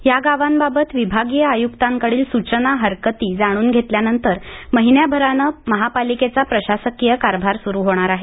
या गावांबाबत विभागीय आयुक्तांकडील सूचना हरकती जाणून घेतल्यानंतर महिनाभरानं महापालिकेचा प्रशासकीय कारभार सुरू होणार आहे